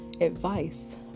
advice